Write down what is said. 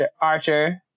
Archer